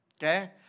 Okay